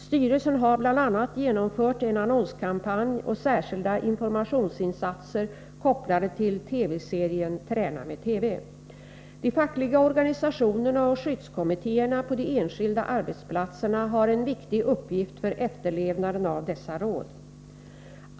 Styrelsen har bl.a. genomfört en annonskampanj och särskilda informationsinsatser kopplade till TV-serien ”Träna med TV”. De fackliga organisationerna och skyddskommittéerna på de enskilda arbetsplatserna har en viktig uppgift för efterlevnaden av dessa råd.